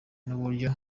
n’uburyo